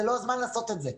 זה לא הזמן לעשות את זה.